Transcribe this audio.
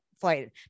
flight